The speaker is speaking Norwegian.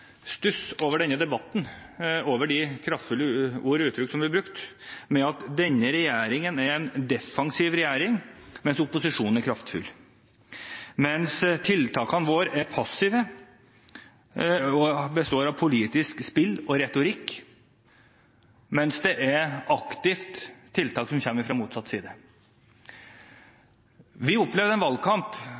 stuss over denne debatten, over de kraftfulle ord og uttrykk som blir brukt om at denne regjeringen er en defensiv regjering, mens opposisjonen er kraftfull, at tiltakene våre er passive og består av politisk spill og retorikk, mens det er aktive tiltak som kommer fra motsatt side. Vi